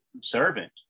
servant